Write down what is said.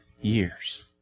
years